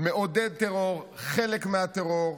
מעודד טרור, חלק מהטרור,